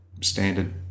standard